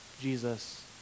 Jesus